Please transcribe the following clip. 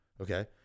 Okay